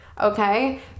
Okay